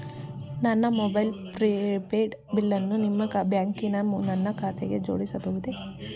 ನನ್ನ mobile prepaid ಬಿಲ್ಲನ್ನು ನಿಮ್ಮ ಬ್ಯಾಂಕಿನ ನನ್ನ ಖಾತೆಗೆ ಜೋಡಿಸಬಹುದೇ?